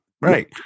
Right